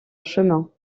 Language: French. chemin